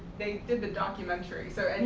they did the documentary, so